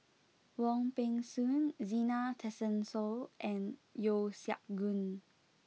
Wong Peng Soon Zena Tessensohn and Yeo Siak Goon